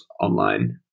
online